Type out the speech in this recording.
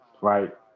right